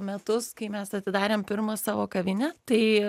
metus kai mes atidarėm pirmą savo kavinę tai